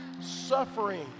suffering